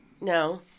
No